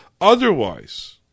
Otherwise